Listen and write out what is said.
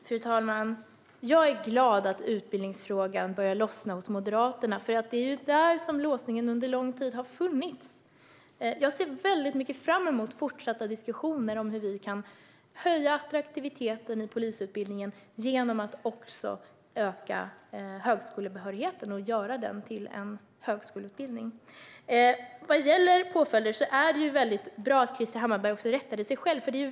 Fru talman! Jag är glad över att utbildningsfrågan börjar lossna hos Moderaterna, för det är ju där som låsningen under lång tid har funnits. Jag ser fram emot fortsatta diskussioner om hur vi kan höja attraktiviteten i polisutbildningen genom att öka högskolebehörigheten och göra den till en högskoleutbildning. Vad gäller påföljder är det bra att Krister Hammarbergh rättade sig själv.